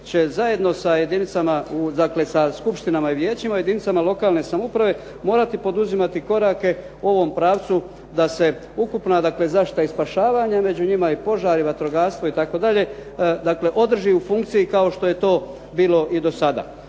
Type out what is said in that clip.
će zajedno sa jedinicama u dakle, sa skupštinama i vijećima, u jedinicama lokalne samouprave morati poduzimati korake u ovom pravcu da se ukupna dakle, zaštita i spašavanja među njima i požari, vatrogastvo itd., dakle, održi u funkciji kao što je to bilo i do sada.